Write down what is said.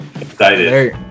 excited